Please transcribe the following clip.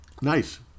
Nice